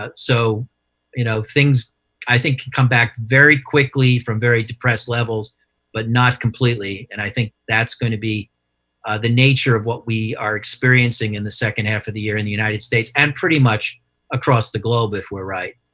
ah so you know things i think come back very quickly from very depressed levels but not completely, and i think that's going to be the nature of what we are experiencing in the second half of the year in the united states, and pretty much across the globe if we're right.